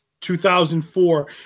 2004